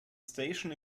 station